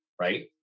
right